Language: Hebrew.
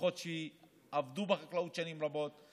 משפחות שעבדו בחקלאות שנים רבות.